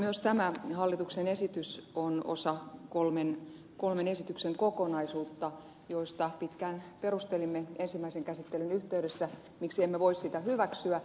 myös tämä hallituksen esitys on osa kolmen esityksen kokonaisuutta ja pitkään perustelimme ensimmäisen käsittelyn yhteydessä miksi emme voi sitä hyväksyä